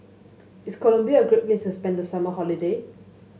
is Colombia a great place to spend the summer holiday